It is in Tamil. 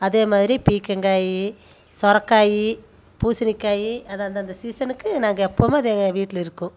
அதே மாதிரி பீர்க்கங்காய் சுரைக்காய் பூசணிக்காய் அதை அந்தந்த சீசனுக்கு நாங்கள் எப்பவும் அது எங்கள் வீட்டில் இருக்கும்